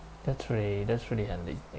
that's really that's pretty handy